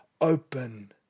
open